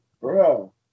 bro